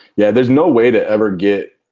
yeah there's no way to ever get,